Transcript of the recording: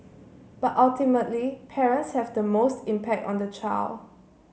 but ultimately parents have the most impact on the child